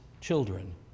children